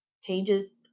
Changes